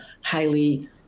highly